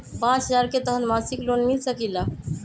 पाँच हजार के तहत मासिक लोन मिल सकील?